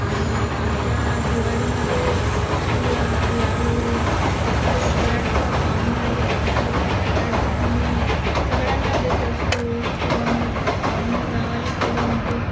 आणि आमच्या दिवाळीमध्ये चिवडा लाडू हे सगळं फराळाचं पाहुणे आले की सगळं फराळाचं आम्ही सगळ्यांना देत असतो किंवा मग पाहुणे गावाला गेले म्हणजे